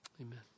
Amen